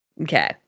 okay